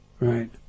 Right